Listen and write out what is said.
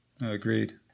Agreed